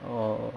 oh